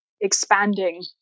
expanding